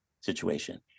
situation